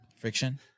friction